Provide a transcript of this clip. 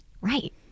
Right